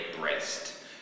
Breast